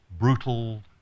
brutal